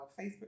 Facebook